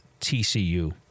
TCU